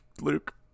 Luke